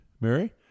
Mary